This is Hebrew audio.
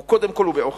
הם קודם כול בעוכרינו.